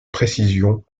précision